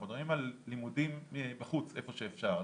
אנחנו מדברים על לימודים בחוץ איפה שאפשר,